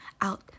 out